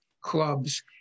clubs